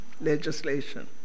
legislation